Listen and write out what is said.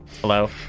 Hello